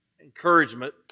encouragement